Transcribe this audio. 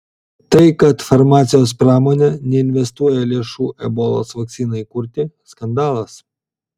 tai kad farmacijos pramonė neinvestuoja lėšų ebolos vakcinai kurti skandalas